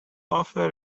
offer